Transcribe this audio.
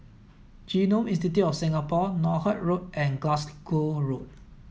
Genome Institute of Singapore Northolt Road and Glasgow Road